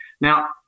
Now